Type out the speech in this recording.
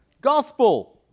gospel